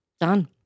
Done